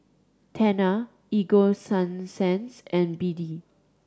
Tena Ego Sunsense and BD